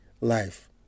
life